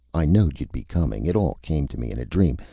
i knowed you'd be coming. it all came to me in a dream.